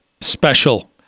special